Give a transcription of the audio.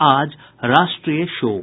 आज राष्ट्रीय शोक